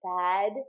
bad